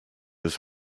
his